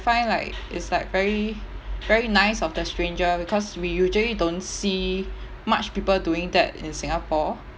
find like it's like very very nice of the stranger because we usually don't see much people doing that in singapore